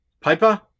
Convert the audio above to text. Piper